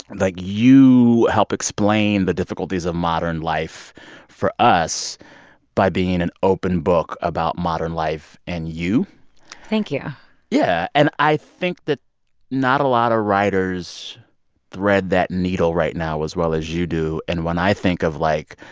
like, you help explain the difficulties of modern life for us by being an open book about modern life and you thank you yeah. and i think that not a lot of writers thread that needle right now as well as you do. and when i think of, like,